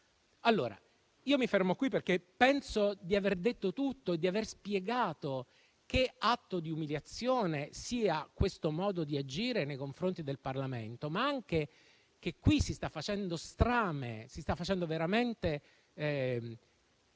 Io mi fermo qui, perché penso di aver detto tutto e di aver spiegato che atto di umiliazione sia questo modo di agire nei confronti del Parlamento. Penso altresì che qui si stia facendo strame, si stiano riducendo